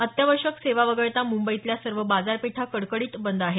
अत्यावश्यक सेवा वगळता मुंबईतल्या सर्व बाजारपेठा कडकडीत बंद आहेत